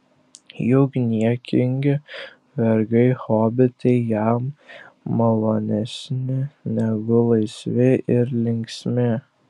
juk niekingi vergai hobitai jam malonesni negu laisvi ir linksmi